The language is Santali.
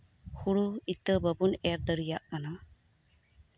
ᱦᱩᱲᱩ ᱤᱛᱟᱹ ᱵᱟᱵᱚᱱ ᱮᱨ ᱫᱟᱲᱮᱭᱟᱜ ᱠᱟᱱᱟ